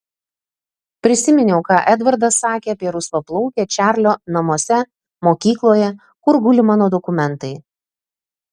prisiminiau ką edvardas sakė apie rusvaplaukę čarlio namuose mokykloje kur guli mano dokumentai